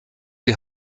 die